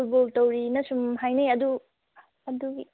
football ꯇꯧꯔꯤꯅ ꯁꯨꯝ ꯍꯥꯏꯅꯩ ꯑꯗꯨ ꯑꯗꯨꯒꯤ